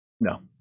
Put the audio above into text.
No